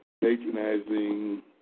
patronizing